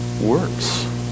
works